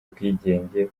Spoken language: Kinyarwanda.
bwigenge